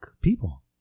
people